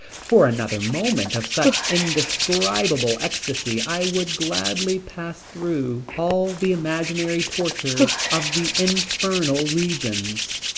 for another moment of such indescribable ecstasy i would gladly pass through all the imaginary tortures of the infernal regions.